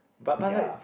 but bike